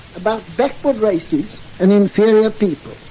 about backward races and inferior peoples.